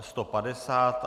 150.